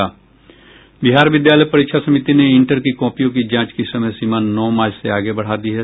बिहार विद्यालय समिति ने इंटर की कॉपियों की जांच की समय सीमा नौ मार्च से आगे बढ़ा दी है